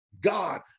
God